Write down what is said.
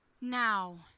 now